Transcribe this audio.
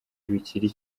bikiri